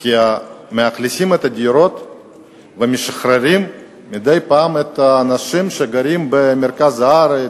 כי מאכלסים את הדירות ומשחררים מדי פעם את האנשים שגרים במרכז הארץ,